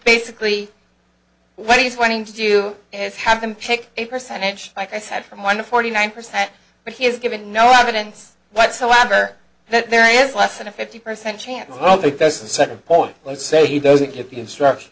basically what he's planning to do and have them pick a percentage like i said from one to forty nine percent but he has given no evidence whatsoever that there is less than a fifty percent chance i'll think that's the second point let's say he doesn't get the instruction